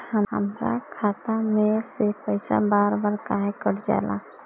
हमरा खाता में से पइसा बार बार काहे कट जाला?